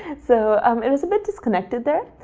and so, um and it's a bit disconnected there.